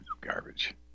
garbage